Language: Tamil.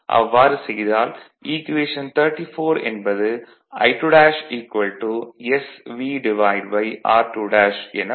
அவ்வாறு செய்தால் ஈக்குவேஷன் 34 என்பது I2 sVr2 என வரும்